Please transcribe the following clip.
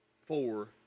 four